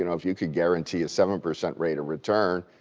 you know if you could guarantee a seven percent rate of return,